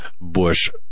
Bush